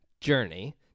journey